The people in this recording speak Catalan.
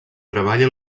treballa